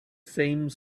same